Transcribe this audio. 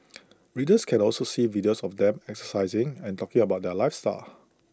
readers can also see videos of the them exercising and talking about their lifestyle